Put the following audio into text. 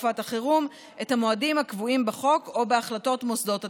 תקופת החירום את המועדים הקבועים בחוק או בהחלטות מוסדות התכנון.